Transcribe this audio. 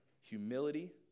humility